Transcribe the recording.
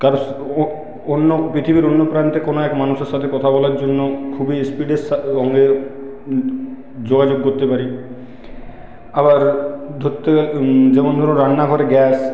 কারোর সাথে পৃথিবীর অন্য প্রান্তে কোনো এক মানুষের সাথে কথা বলার জন্য খুবই ইস্পিডের সাথে সঙ্গে যোগাযোগ করতে পারি আবার যেমন ধরো রান্নাঘরে গ্যাস